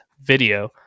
video